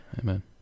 Amen